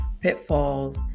pitfalls